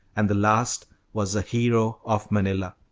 and the last was the hero of manila.